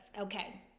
Okay